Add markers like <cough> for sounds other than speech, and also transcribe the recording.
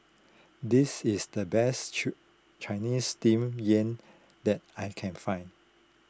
this is the best <noise> Chinese Steamed Yam that I can find